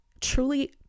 truly